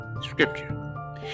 scripture